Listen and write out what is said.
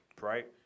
right